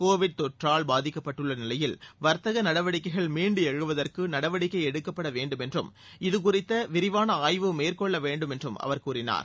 Covid தொற்றால் பாதிக்கப்பட்டுள்ள நிலையில் வர்த்தக நடவடிக்கைகள் மீண்டு எழுவதற்கு நடவடிக்கை எடுக்கப்படவேண்டும் என்றும் இது குறித்த விரிவான ஆய்வு மேற்கொள்ள வேண்டும் என்றும் அவர் கூறினார்